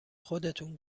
خودتون